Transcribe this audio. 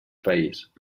país